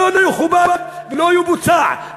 זה לא יכובד ולא יבוצע.